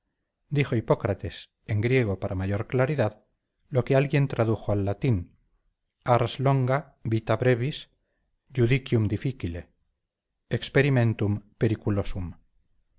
dijo hipócrates en griego para mayor claridad lo que alguien tradujo al latín ars longa vita brevis